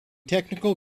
technical